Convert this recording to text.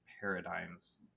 paradigms